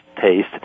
taste